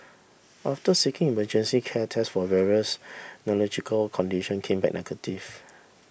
after seeking emergency care tests for various neurological condition came back negative